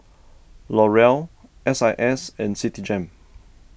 L'Oreal S I S and Citigem